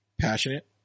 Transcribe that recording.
passionate